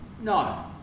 No